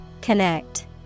Connect